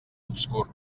obscur